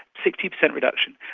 sixty percent reduction.